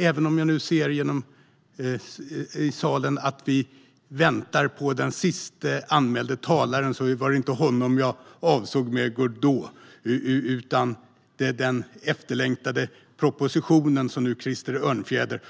Även om jag nu ser i salen att vi väntar på den siste anmälde talaren var det inte honom jag avsåg utan den efterlängtade propositionen som nu Krister Örnfjäder